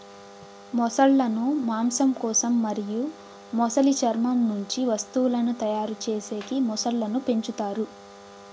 మొసళ్ళ ను మాంసం కోసం మరియు మొసలి చర్మం నుంచి వస్తువులను తయారు చేసేకి మొసళ్ళను పెంచుతారు